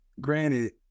granted